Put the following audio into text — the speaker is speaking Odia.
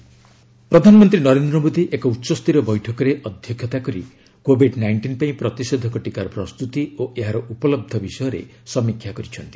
ପିଏମ୍ ହାଇଲେବୁଲ୍ ମିଟିଂ ପ୍ରଧାନମନ୍ତ୍ରୀ ନରେନ୍ଦ୍ର ମୋଦୀ ଏକ ଉଚ୍ଚସ୍ତରୀୟ ବୈଠକରେ ଅଧ୍ୟକ୍ଷତା କରି କୋଭିଡ୍ ନାଇଷ୍ଟିନ୍ ପାଇଁ ପ୍ରତିଷେଧକ ଟିକାର ପ୍ରସ୍ତୁତି ଓ ଏହାର ଉପଲବ୍ଧ ବିଷୟରେ ସମୀକ୍ଷା କରିଛନ୍ତି